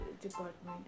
department